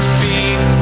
feet